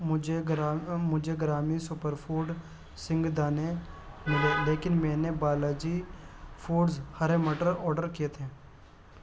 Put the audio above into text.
مجھے گرام مجھے گرامی سوپر فوڈ سنگھ دانے ملے لیکن میں نے بالاجی فوڈز ہرے مٹر آڈر کیے تھے